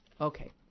Okay